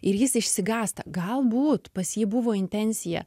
ir jis išsigąsta galbūt pas jį buvo intencija